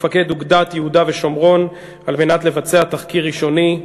ומפקד אוגדת יהודה ושומרון כדי לבצע תחקיר ראשוני.